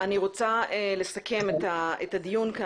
אני רוצה לסכם את הדיון.